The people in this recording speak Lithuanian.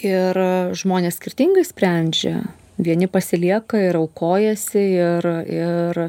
ir žmonės skirtingai sprendžia vieni pasilieka ir aukojasi ir ir